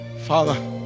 Father